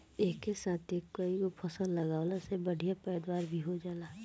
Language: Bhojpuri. एक साथे कईगो फसल लगावला से बढ़िया पैदावार भी हो जाला